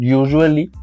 usually